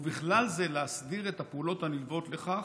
ובכלל זה להסדיר את הפעולות הנלוות לכך,